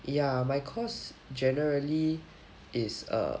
ya my course generally is err